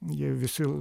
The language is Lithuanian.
jie visi